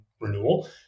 renewal